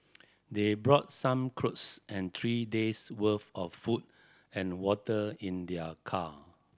they brought some clothes and three days worth of food and water in their car